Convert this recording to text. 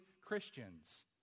Christians